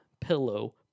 pillow